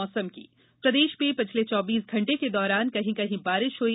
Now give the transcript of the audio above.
मौसम प्रदेश में पिछले चौबीस घंटे के दौरान कहीं कहीं बारिष हई